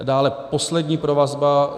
Dále poslední provazba.